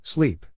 Sleep